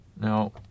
Now